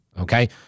Okay